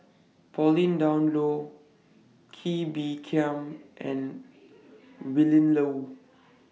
Pauline Dawn Loh Kee Bee Khim and Willin Low